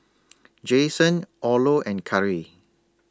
Jason Orlo and Kari